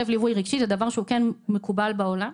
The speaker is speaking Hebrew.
כלב ליווי רגשי זה דבר שהוא כן מקובל בעולם?